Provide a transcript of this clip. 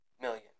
million